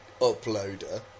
uploader